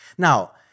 Now